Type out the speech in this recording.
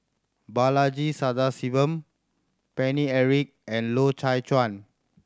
Balaji Sadasivan Paine Eric and Loy Chye Chuan